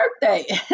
birthday